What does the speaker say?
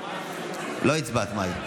מאי.